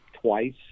twice